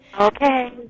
Okay